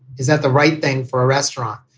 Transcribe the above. is that the right thing for a restaurant?